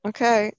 Okay